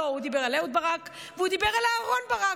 לא, הוא דיבר על אהוד ברק, והוא דיבר על אהרן ברק,